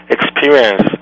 experience